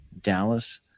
Dallas